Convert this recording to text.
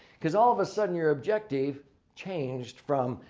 because all of a sudden your objective changed from,